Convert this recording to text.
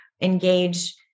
engage